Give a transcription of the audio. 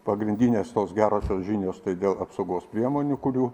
pagrindinės tos gerosios žinios dėl apsaugos priemonių kurių